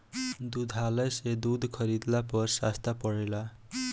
दुग्धालय से दूध खरीदला पर सस्ता पड़ेला?